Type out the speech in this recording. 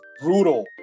brutal